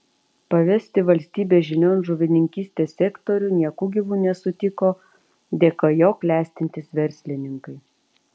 pavesti valstybės žinion žuvininkystės sektorių nieku gyvu nesutiko dėka jo klestintys verslininkai